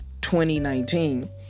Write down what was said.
2019